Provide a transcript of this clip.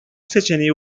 seçeneği